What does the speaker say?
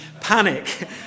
panic